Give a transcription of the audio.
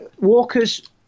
walkers